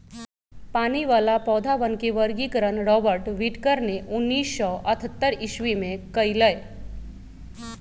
पानी वाला पौधवन के वर्गीकरण रॉबर्ट विटकर ने उन्नीस सौ अथतर ईसवी में कइलय